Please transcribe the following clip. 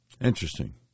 Interesting